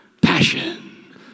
passion